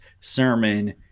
Sermon